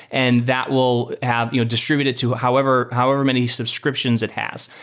and that will have you know distributed to however however many subscriptions it has.